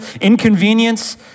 inconvenience